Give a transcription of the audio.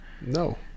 No